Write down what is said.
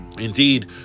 Indeed